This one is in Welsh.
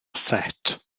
set